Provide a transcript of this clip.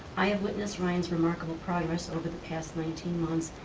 i have witnessed ryan's remarkable progress over the past nineteen months,